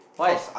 why